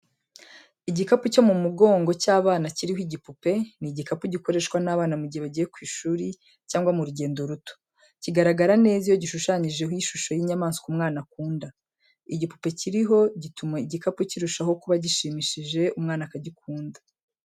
Igikapu cyo mu mugongo cy'abana kiriho igipupe, ni igikapu gikoreshwa n'abana mu gihe bagiye ku ishuri cyangwa mu rugendo ruto. Kigaragara neza iyo gishushanyijeho ishusho y'inyama umwana akunda. Igipupe kiriho gituma igikapu kirushaho kuba gishimishije umwana akagikunda.